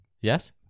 yes